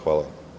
Hvala.